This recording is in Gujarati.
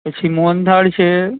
પછી મોહનથાળ છે